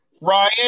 Ryan